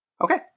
Okay